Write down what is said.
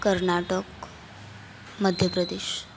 Karnataka Madhya Pradesh